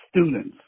students